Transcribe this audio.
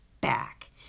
back